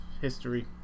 history